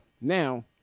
Now